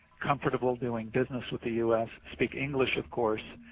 comfortable doing business with the u s, speak english of course